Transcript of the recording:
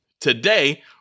Today